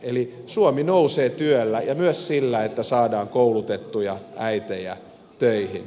eli suomi nousee työllä ja myös sillä että saadaan koulutettuja äitejä töihin